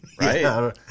Right